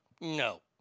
No